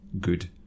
good